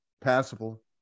passable